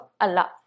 Allah